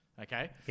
Okay